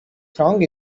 strong